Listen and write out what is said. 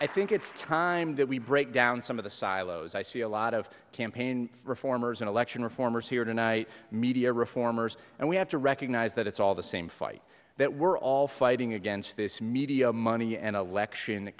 i think it's time that we break down some of the silos i see a lot of campaign reformers and election reformers here tonight media reformers and we have to recognize that it's all the same fight that we're all fighting against this media money and elect